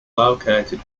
located